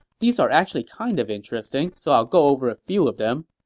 these are actually kind of interesting, so i'll go over a few of them.